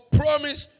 promise